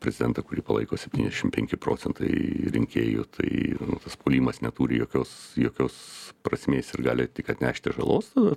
prezidentą kurą palaiko septyniasdešimt penki procentai rinkėjų tai tas puolimas neturi jokios jokios prasmės ir gali tik atnešti žalos